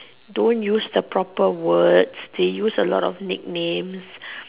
don't use the proper words they use a lot of nicknames